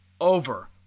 over